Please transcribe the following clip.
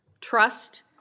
trust